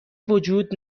وجود